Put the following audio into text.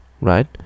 right